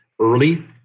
early